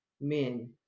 men